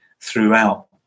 throughout